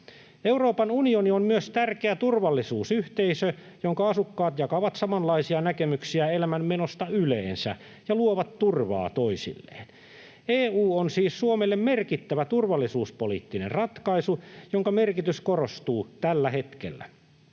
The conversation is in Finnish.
Euroopan unioni on myös tärkeä turvallisuusyhteisö, jonka asukkaat jakavat samanlaisia näkemyksiä elämänmenosta yleensä ja luovat turvaa toisilleen. EU on siis Suomelle merkittävä turvallisuuspoliittinen ratkaisu, jonka merkitys korostuu tällä hetkellä.